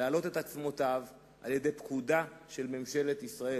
להעלות את עצמותיו על-ידי פקודה של ממשלת ישראל.